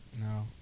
No